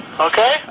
okay